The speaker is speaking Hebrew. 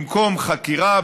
במקום חקירה,